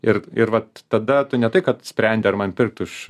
ir ir vat tada tu ne tai kad sprendi ar man pirkt už